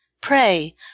Pray